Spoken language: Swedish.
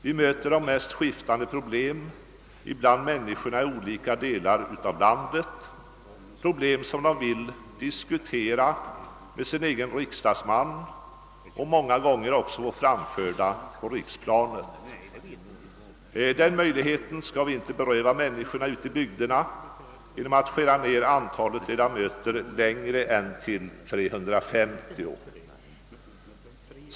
Vi möter de mest skiftande problem bland människorna i olika delar av landet — problem som medborgarna vill diskutera med sin egen riksdagsman och många gånger också få framförda på riksplanet. Den möjligheten skall vi inte beröva människorna ute i bygderna genom att skära ned antalet ledamöter mer än till 350.